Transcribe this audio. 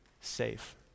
safe